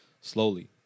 Slowly